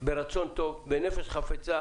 ברצון טוב ובנפש חפצה,